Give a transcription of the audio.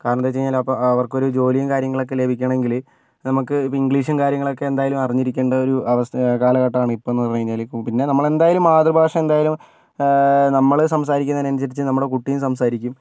കാരണം എന്താ വെച്ച് കഴിഞ്ഞാൽ അപ്പോൾ അവർക്കൊരു ജോലിയും കാര്യങ്ങളൊക്കെ ലഭിക്കണമെങ്കിൽ നമുക്ക് ഇംഗ്ളീഷും കാര്യങ്ങളൊക്കെ അറിഞ്ഞിരിക്കേണ്ട ഒരു അവസ കാലഘട്ടമാണ് ഇപ്പോൾ എന്ന് പറഞ്ഞു കഴിഞ്ഞാൽ പിന്നെ നമ്മളെന്തായാലും മാതൃഭാഷ എന്തായാലും നമ്മൾ സംസാരിക്കുന്നതിനനുസരിച്ച് നമ്മുടെ കുട്ടിയും സംസാരിക്കും